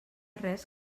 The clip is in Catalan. res